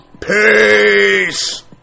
Peace